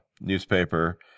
newspaper